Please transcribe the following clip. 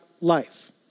life